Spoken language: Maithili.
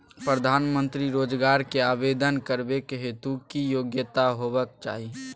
प्रधानमंत्री रोजगार के आवेदन करबैक हेतु की योग्यता होबाक चाही?